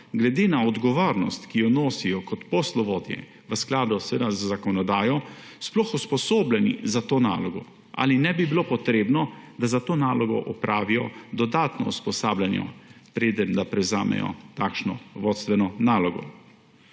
glede na odgovornost, ki jo nosijo kot poslovodje v skladu z zakonodajo, sploh usposobljeni za to nalogo. Ali ne bi bilo potrebno, da za to nalogo opravijo dodatno usposabljanje, preden prevzamejo takšno vodstveno nalogo?